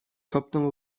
kopnął